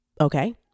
Okay